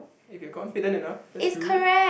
if you confident enough that's good